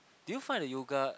do you find the yoga